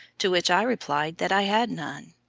to which i replied that i had none.